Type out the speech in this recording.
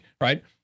Right